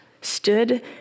stood